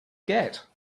get